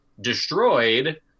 destroyed